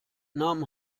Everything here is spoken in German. nahm